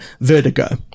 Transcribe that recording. vertigo